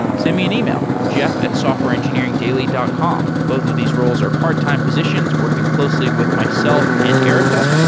send me an e-mail, jeff at softwareengineeringdaily dot com. both of these roles are part-time positions working closely with myself and erica.